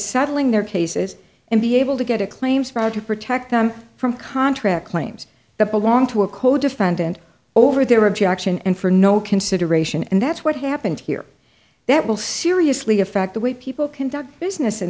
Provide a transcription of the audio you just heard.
settling their cases and be able to get a claims for to protect them from contract claims that belong to a codefendant over their objection and for no consideration and that's what happened here that will seriously affect the way people conduct business in